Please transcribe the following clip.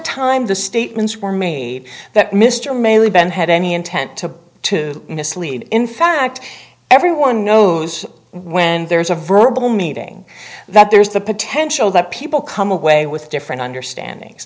time the statements were me that mr maylie ben had any intent to to mislead in fact everyone knows when there's a verbal meeting that there's the potential that people come away with different understandings